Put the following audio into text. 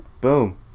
Boom